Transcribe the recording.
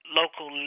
local